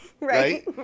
Right